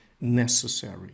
necessary